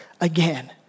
again